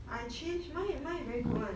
I changed mine mine is very good [one]